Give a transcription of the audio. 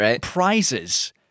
prizes